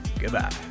Goodbye